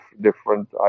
different